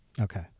Okay